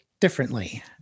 differently